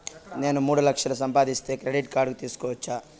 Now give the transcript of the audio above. నేను మూడు లక్షలు సంపాదిస్తే క్రెడిట్ కార్డు తీసుకోవచ్చా?